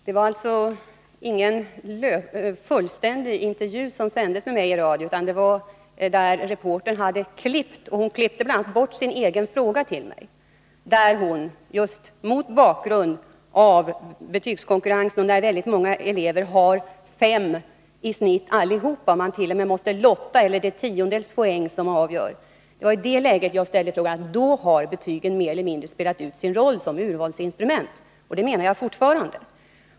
Herr talman! Den intervju med mig som sändes i radio var inte fullständig, utan reportern hade klippt bort vissa delar. Bl. a. hade hon klippt bort sin fråga till mig om den betygskonkurrens som råder. Väldigt många som söker till högskolan har betyget 5 i genomsnitt. Ibland har allihop det, och man måstet.o.m. lotta, eller så är det tiondels poäng som avgör. Det var mot den bakgrunden jag sade att ”då har betygen mer eller mindre spelat ut sin roll” som urvalsinstrument — och det menar jag fortfarande.